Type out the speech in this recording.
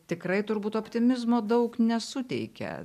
tikrai turbūt optimizmo daug nesuteikia